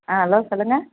ஆ hello சொல்லுங்கள்